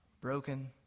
Broken